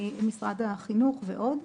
משרד החינוך ועוד.